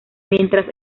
mientras